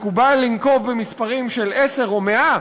מקובל לנקוב במספרים של עשרה או 100,